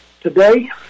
today